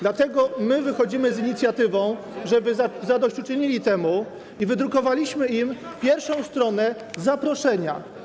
Dlatego my wychodzimy z inicjatywą, żeby zadośćuczynili temu, i wydrukowaliśmy im pierwszą stronę zaproszenia.